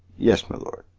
yes, my lord.